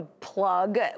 plug